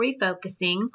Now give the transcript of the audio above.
refocusing